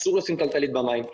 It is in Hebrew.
אסור לשים תלתלית במים.